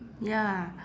ya